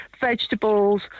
vegetables